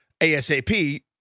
ASAP